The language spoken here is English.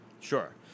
sure